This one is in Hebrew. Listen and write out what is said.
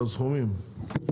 על הסכומים,